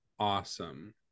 awesome